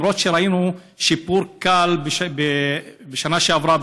למרות שראינו שיפור קל בשנה שעברה,